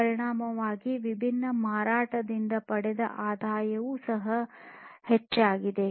ಪರಿಣಾಮವಾಗಿ ವಿಭಿನ್ನ ಮಾರಾಟದಿಂದ ಪಡೆದ ಆದಾಯವು ಸಹ ಹೆಚ್ಚಾಗಿದೆ